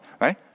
right